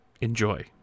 Enjoy